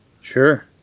Sure